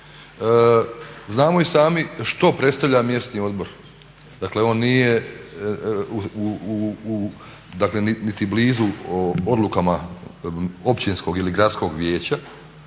znamo i sami što predstavlja mjesni odbor, dakle on nije niti blizu odlukama općinskog ili gradskog vijeća